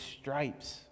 stripes